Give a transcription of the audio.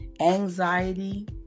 anxiety